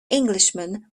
englishman